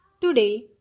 Today